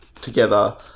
together